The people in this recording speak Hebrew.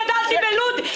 חלאס, תן לרויטל להמשיך.